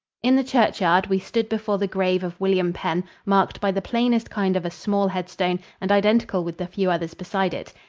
in the churchyard we stood before the grave of william penn, marked by the plainest kind of a small headstone and identical with the few others beside it.